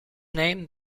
name